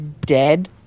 dead